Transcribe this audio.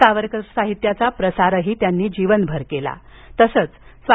सावरकर साहित्याचा प्रसारही त्यांनी जीवनभर केला तसंच स्वा